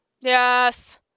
Yes